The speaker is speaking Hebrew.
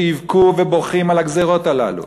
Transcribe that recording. שיבכו ובוכים על הגזירות הללו.